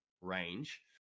range